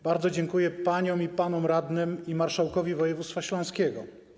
Bardzo dziękuję paniom i panom radnym i marszałkowi województwa śląskiego.